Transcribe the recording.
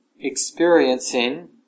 experiencing